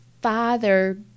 father